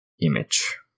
image